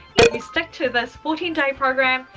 you stick to this fourteen day programme,